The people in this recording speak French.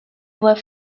voix